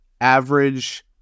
average